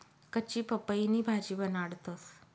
कच्ची पपईनी भाजी बनाडतंस